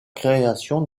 création